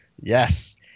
Yes